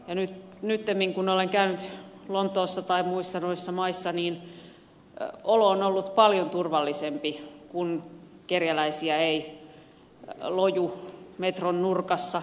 ja nyttemmin kun olen käynyt lontoossa tai muissa noissa maissa niin olo on ollut paljon turvallisempi kun kerjäläisiä ei loju metron nurkassa tai kaduilla